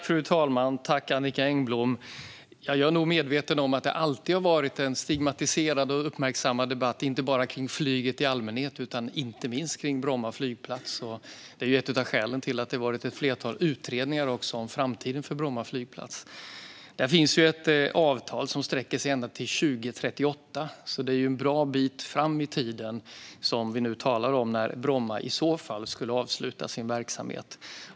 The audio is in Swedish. Fru talman! Tack, Annicka Engblom, för frågan! Jag är nog medveten om att det alltid har varit en stigmatiserad och uppmärksammad debatt inte bara om flyget i allmänhet utan särskilt om Bromma flygplats. Det är ju ett av skälen till att det varit ett flertal utredningar om framtiden för Bromma flygplats. Det finns ett avtal som sträcker sig ända till 2038. Det är alltså en bra bit fram i tiden som Bromma i så fall skulle avsluta sin verksamhet.